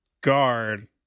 guard